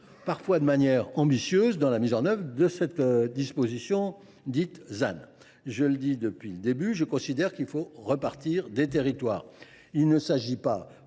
parfois de manière ambitieuse, dans la mise en œuvre du ZAN. Je le dis depuis le début, je considère qu’il faut repartir des territoires